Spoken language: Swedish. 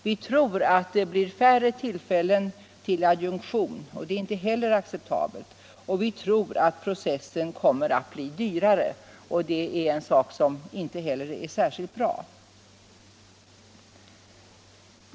Vi tror att det blir färre tillfällen till adjunktion, och det är inte heller acceptabelt. Och vi tror att processen kommer att bli dyrare, och det är något som inte heller är särskilt bra.